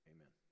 Amen